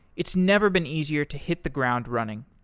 it's never been easier to hit the ground running.